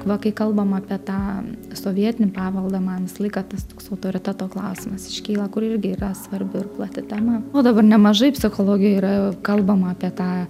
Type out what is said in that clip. va kai kalbam apie tą sovietinį paveldą man visą laiką tas toks autoriteto klausimas iškyla kur irgi yra svarbi ir plati tema o dabar nemažai psichologijoj yra kalbama apie tą